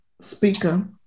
Speaker